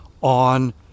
on